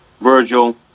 Virgil